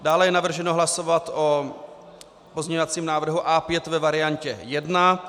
Dále je navrženo hlasovat o pozměňovacím návrhu A5 ve variantě 1.